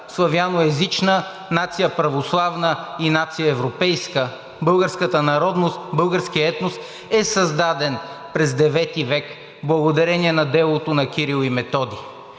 славяноезична, нация православна и нация европейска, българската народност. Българският етнос е създаден през IX век благодарение на делото на Кирил и Методий.